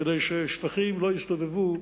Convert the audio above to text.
כדי ששפכים לא יסתובבו,